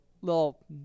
little